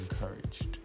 encouraged